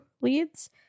leads